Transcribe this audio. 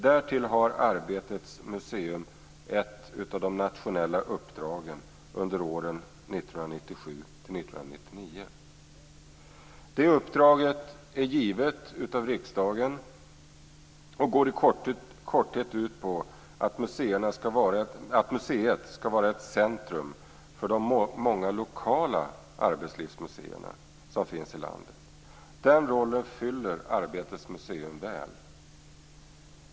Därtill har Arbetets museum ett av de nationella uppdragen under åren 1997-1999. Det uppdraget är givet av riksdagen och går i korthet ut på att museet skall vara ett centrum för de många lokala arbetslivsmuseerna som finns i landet. Den rollen fyller Arbetets museum väl.